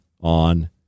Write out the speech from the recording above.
on